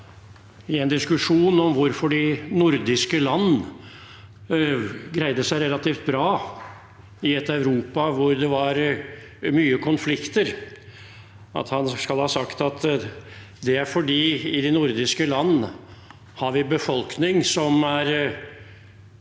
i en diskusjon om hvorfor de nordiske land greide seg relativt bra i et Europa hvor det var mye konflikter, at det er fordi i de nordiske land har vi en befolkning som